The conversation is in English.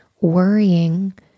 worrying